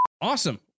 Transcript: Awesome